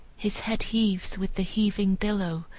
his head heaves with the heaving billow,